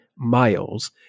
miles